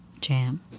jam